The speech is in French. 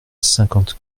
cinquante